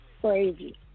Crazy